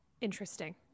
interesting